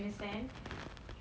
mm mm